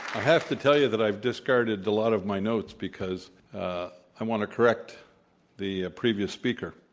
have to tell you that i've discarded a lot of my notes because i want to correct the previous speaker.